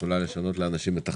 שיכולה לשנות לאנשים את החיים,